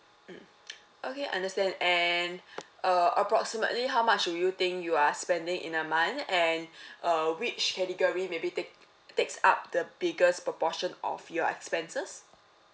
mm okay I understand and uh approximately how much do you think you are spending in a month and uh which category maybe take takes up the biggest proportion of your expenses